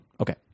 okay